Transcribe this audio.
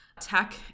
tech